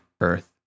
earth